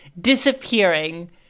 disappearing